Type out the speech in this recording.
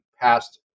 past